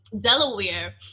delaware